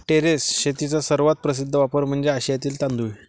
terrace शेतीचा सर्वात प्रसिद्ध वापर म्हणजे आशियातील तांदूळ